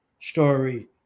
story